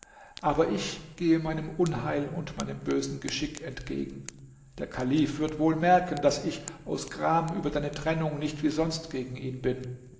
aber ich gehe meinem unheil und meinem bösen geschick entgegen der kalif wird wohl merken daß ich aus gram über deine trennung nicht wie sonst gegen ihn bin